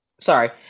Sorry